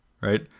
right